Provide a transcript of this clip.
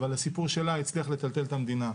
אבל הסיפור שלה הצליח לטלטל את המדינה.